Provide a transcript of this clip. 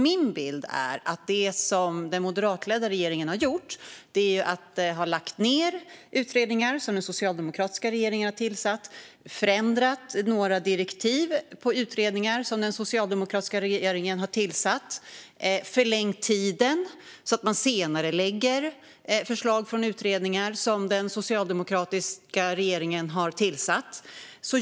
Min bild är nämligen att det som den moderatledda regeringen har gjort är att lägga ned utredningar som den socialdemokratiska regeringen har tillsatt. Man har förändrat några direktiv på utredningar som den socialdemokratiska regeringen har tillsatt, och man har förlängt tiden så att man senarelägger förslag från utredningar som den socialdemokratiska regeringar har tillsatt.